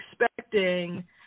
expecting